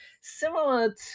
similar